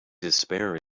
despair